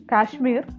Kashmir